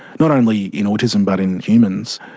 not only in autism but in humans.